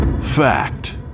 fact